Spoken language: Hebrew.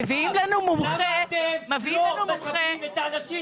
מביאים לנו מומחה --- למה אתם לא מכבדים את האנשים